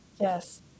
Yes